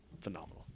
phenomenal